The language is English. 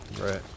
Right